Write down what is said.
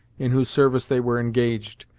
in whose service they were engaged,